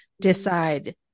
decide